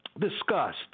discussed